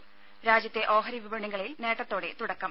ത രാജ്യത്തെ ഓഹരി വിപണികളിൽ നേട്ടത്തോടെ തുടക്കം